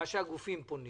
למה שהגופים פונים